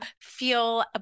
feel